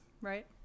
right